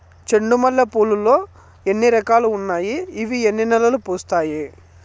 చెండు మల్లె పూలు లో ఎన్ని రకాలు ఉన్నాయి ఇవి ఎన్ని నెలలు పూస్తాయి